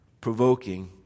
provoking